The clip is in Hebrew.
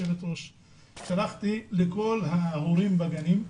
שלחתי הודעה לכל ההורים בגנים,